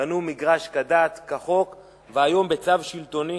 קנו מגרש כדת, כחוק, והיום בצו שלטוני